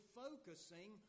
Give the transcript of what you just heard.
focusing